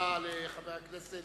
תודה רבה לחבר הכנסת